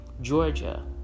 Georgia